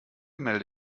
melde